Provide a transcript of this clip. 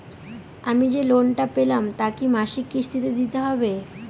আমি যে লোন টা পেলাম তা কি মাসিক কিস্তি তে দিতে হবে?